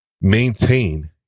maintain